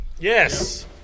Yes